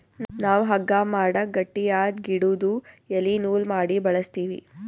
ನಾವ್ ಹಗ್ಗಾ ಮಾಡಕ್ ಗಟ್ಟಿಯಾದ್ ಗಿಡುದು ಎಲಿ ನೂಲ್ ಮಾಡಿ ಬಳಸ್ತೀವಿ